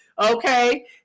Okay